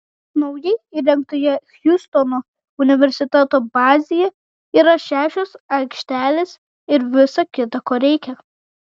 naujai įrengtoje hjustono universiteto bazėje yra šešios aikštelės ir visa kita ko reikia